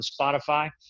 Spotify